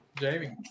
Jamie